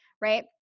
right